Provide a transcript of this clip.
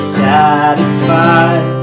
satisfied